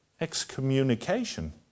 excommunication